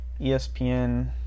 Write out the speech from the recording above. ESPN